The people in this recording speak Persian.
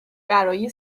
برای